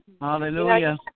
Hallelujah